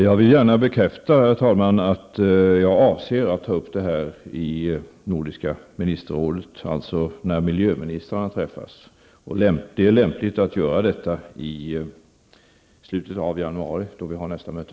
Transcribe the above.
Herr talman! Jag vill gärna bekräfta att jag avser att ta upp detta i Nordiska ministerrådet, när miljöministrarna träffas. Det är lämpligt att göra detta i slutet av januari, då vi har nästa möte.